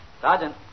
Sergeant